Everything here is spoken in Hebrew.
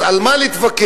אז על מה להתווכח?